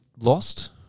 lost